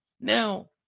Now